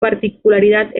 particularidad